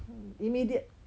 immediate